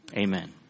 Amen